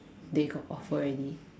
they got offer already